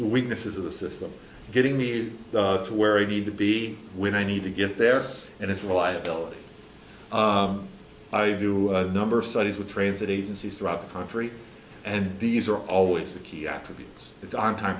weaknesses of the system getting me to where a b to b when i need to get there and it's reliability i do a number of studies with transit agencies throughout the country and these are always the key attributes it's on time